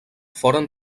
foren